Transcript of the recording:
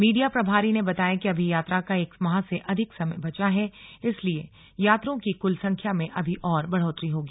media प्रभारी ने बताया कि अभी यात्रा का एक माह से अधिक समय बचा है इसलिए यात्रियों की कुल संख्या में अभी और बढ़ोत्तरी होगी